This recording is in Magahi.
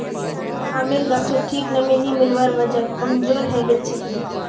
आमेर गाछोत ठीक नमीं नी मिलवार वजह कमजोर हैं गेलछेक